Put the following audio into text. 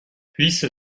puisse